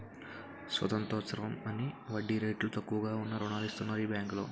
స్వతంత్రోత్సవం offer అని వడ్డీ రేట్లు తక్కువగా ఉన్న రుణాలు ఇస్తన్నారు ఈ బేంకులో